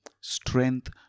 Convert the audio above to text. strength